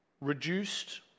reduced